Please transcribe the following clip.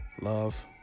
love